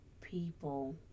people